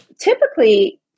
Typically